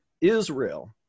Israel